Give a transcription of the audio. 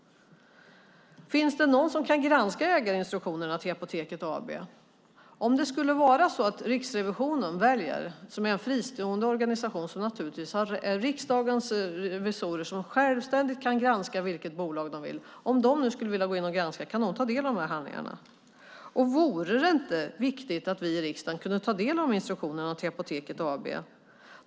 Finns det någon som kan granska ägarinstruktionerna till Apoteket AB? Om Riksrevisionen, en fristående organisation som självständigt kan granska vilket bolag de vill, skulle vilja gå in och granska, kan de då ta del av handlingarna? Och vore det inte viktigt att vi i riksdagen kunde ta del av de här instruktionerna till Apoteket AB?